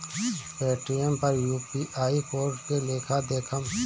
Paytm पर UPI code के लेखा देखम?